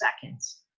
seconds